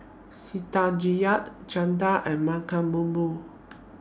Chanda and